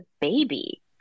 baby